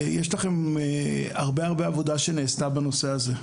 יש לכם המון עבודה שנעשתה בנושא הזה,